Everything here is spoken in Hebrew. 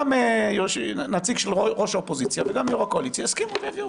גם נציג של ראש האופוזיציה וגם יו"ר הקואליציה יסכימו ויעבירו.